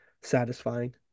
satisfying